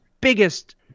biggest